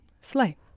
slay